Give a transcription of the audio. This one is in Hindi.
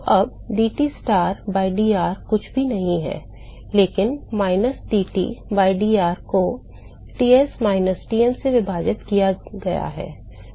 तो अब dTstar by dr कुछ भी नहीं है लेकिन माइनस dT by dr को Ts माइनस Tm से विभाजित किया गया है